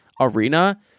arena